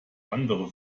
andere